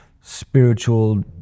spiritual